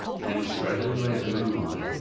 came a straggling ray of moonlight,